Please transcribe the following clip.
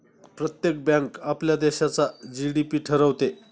प्रत्येक बँक आपल्या देशाचा जी.डी.पी ठरवते